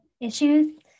issues